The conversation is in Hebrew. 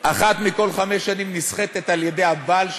אחת מכל חמש נשים נסחטת על-ידי הבעל שלה,